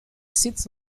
sits